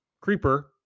creeper